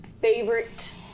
favorite